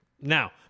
Now